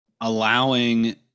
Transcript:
allowing